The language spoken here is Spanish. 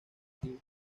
activo